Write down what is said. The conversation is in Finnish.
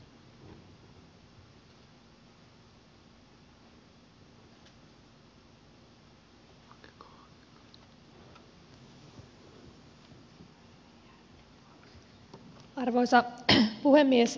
arvoisa puhemies